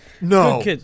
No